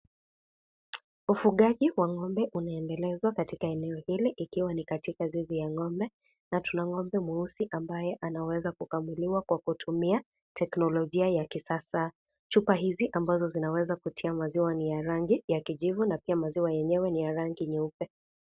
Ufugaji wa ng'ombe unaundelezwa katika eneo hili, ikiwa ni katika zizi ya ng'ombe na tuna ng'ombe mweusi ambaye anaweza kukamuliwa kwa kutumia teknolojia ya kisasa. Chupa hizi, ambazo zinaweza kutiwa maziwa ni ya rangi ya kijivu na pia maziwa yenyewe ni ya rangi nyeupe.